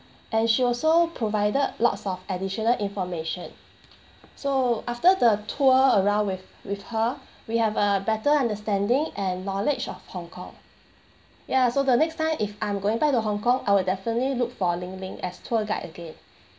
and she also provided lots of additional information so after the tour around with with her we have a better understanding and knowledge of hong kong ya so the next time if I'm going back to hong kong I will definitely look for lin lin as tour guide again